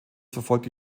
verfolgte